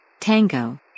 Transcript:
Tango